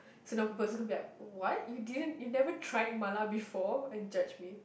so those people could be like what you didn't you never try mala before and judge me